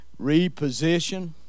reposition